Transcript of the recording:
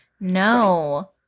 No